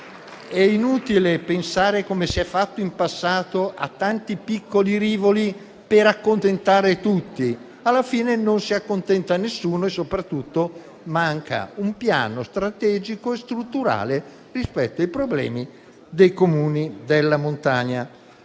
È inutile pensare, come si è fatto in passato, a tanti piccoli rivoli per accontentare tutti, perché alla fine non si accontenta nessuno e, soprattutto, manca un piano strategico e strutturale rispetto ai problemi dei Comuni della montagna.